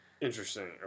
Interesting